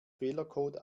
fehlercode